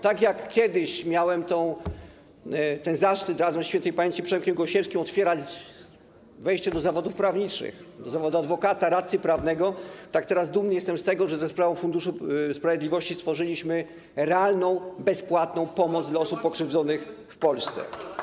Tak jak kiedyś miałem zaszczyt razem z śp. Przemkiem Gosiewskim otwierać wejście do zawodów prawniczych, do zawodu adwokata, radcy prawnego, tak teraz dumny jestem z tego, że za sprawą Funduszu Sprawiedliwości stworzyliśmy realną bezpłatną pomoc dla osób pokrzywdzonych w Polsce.